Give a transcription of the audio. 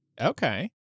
Okay